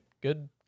good